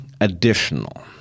additional